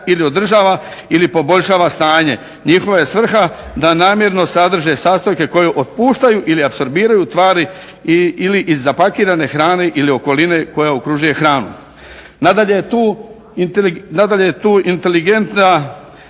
ili održava ili poboljšava stanje. Njihova je svrha da namjerno sadrže sastojke koji otpuštaju ili apsorbiraju tvari ili iz zapakirane hrane ili okoline koja okružuje hranu. Nadalje je tu inteligentna